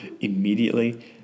immediately